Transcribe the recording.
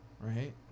Right